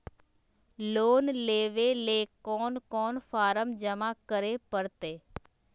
Loan लेवे ले कोन कोन फॉर्म जमा करे परते?